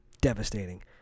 devastating